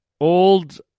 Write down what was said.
Old